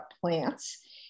plants